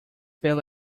feel